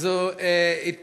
אז זו התפתחות